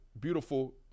Beautiful